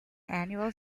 annual